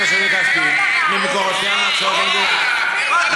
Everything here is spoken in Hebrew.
משאבים כספיים ממקורותיה ומהקצבות המדינה,